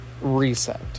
reset